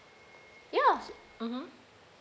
ya mmhmm